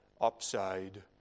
upside